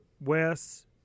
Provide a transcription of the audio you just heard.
Wes